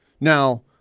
Now